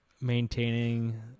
maintaining